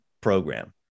program